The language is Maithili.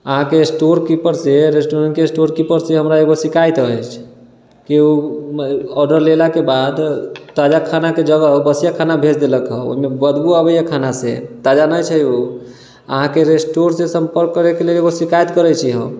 अहाँके स्टोर कीपर से रेस्टोरेंटके स्टोर कीपरसँ हमरा एगो शिकायत अछि की उ ऑर्डर लेलाके बाद ताजा खानाके जगह बसिया खाना भेज देलक हँ ओयमे बदबू आबै यऽ खाना से ताजा नहि छै उ अहाँके स्टोरसँ सम्पर्क करैके लेल एगो शिकायत करै छी हम